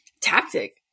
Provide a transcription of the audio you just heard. tactic